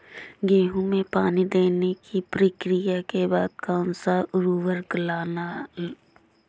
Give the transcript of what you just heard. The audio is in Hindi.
गेहूँ में पानी देने की प्रक्रिया के बाद कौन सा उर्वरक लगाना चाहिए?